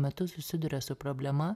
metu susiduria su problema